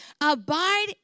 Abide